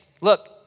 look